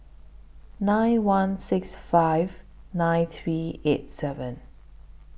nine one six five nine three eight seven